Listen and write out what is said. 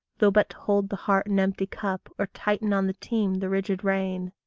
though but to hold the heart an empty cup, or tighten on the team the rigid rein.